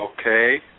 Okay